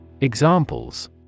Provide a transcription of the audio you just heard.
Examples